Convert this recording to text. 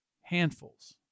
handfuls